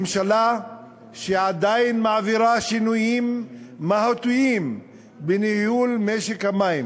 ממשלה שעדיין מעבירה שינויים מהותיים בניהול משק המים